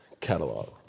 catalog